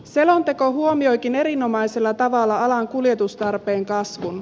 selonteko huomioikin erinomaisella tavalla alan kuljetustarpeen kasvun